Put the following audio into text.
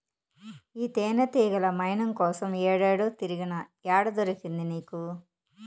ఈ తేనెతీగల మైనం కోసం ఏడేడో తిరిగినా, ఏడ దొరికింది నీకు